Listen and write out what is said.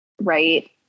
right